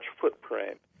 footprint